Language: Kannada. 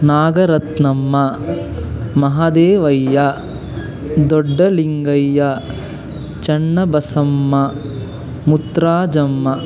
ನಾಗರತ್ನಮ್ಮ ಮಹಾದೇವಯ್ಯ ದೊಡ್ಡಲಿಂಗಯ್ಯ ಸಣ್ಣ ಬಸಮ್ಮ ಮುತ್ತುರಾಜಮ್ಮ